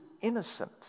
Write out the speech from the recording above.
innocent